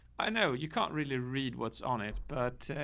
i know. you can't really read what's on it, but,